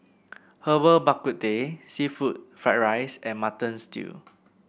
Herbal Bak Ku Teh seafood Fried Rice and Mutton Stew